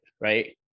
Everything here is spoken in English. right